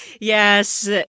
Yes